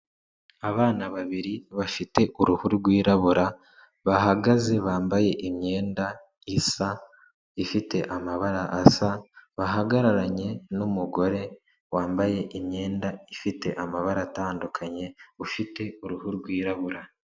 Abana babiri bafite uruhu rwirabura, bahagaze, bambaye imyenda isa, ifite amabara asa, bahagararanye n'umugore wambaye imyenda ifite amabara atandukanye, ufite uruhu rwirabura.